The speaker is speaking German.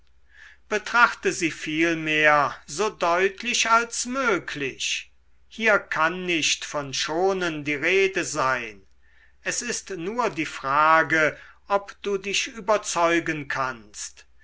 betrachte sie vielmehr so deutlich als möglich hier kann nicht von schonen die rede sein es ist nur die frage ob du dich überzeugen kannst